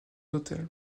hôtels